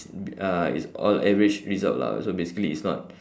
uh it's all average result lah so basically it's not